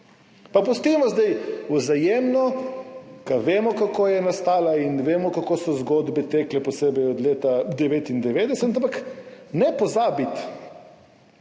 Pa pustimo zdaj Vzajemno, ker vemo, kako je nastala, in vemo, kako so zgodbe tekle, posebej od leta 1999. Ampak ne pozabiti,